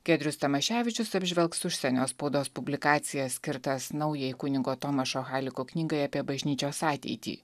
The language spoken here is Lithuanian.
giedrius tamaševičius apžvelgs užsienio spaudos publikacijas skirtas naujai kunigo tomašo haliko knygai apie bažnyčios ateitį